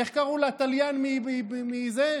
איך קראו לתליין מאיראן?